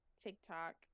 TikTok